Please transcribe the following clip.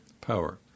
power